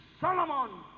Solomon